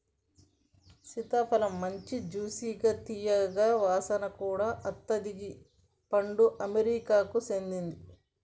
సీతాఫలమ్ మంచి జ్యూసిగా తీయగా వాసన కూడా అత్తది గీ పండు అమెరికాకు సేందింది